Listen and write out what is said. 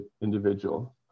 individual